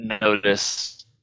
notice